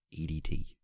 EDT